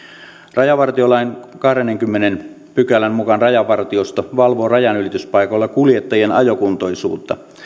rajavartiolain kahdennenkymmenennen pykälän mukaan rajavartiosto valvoo rajanylityspaikoilla kuljettajien ajokuntoisuutta